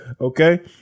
okay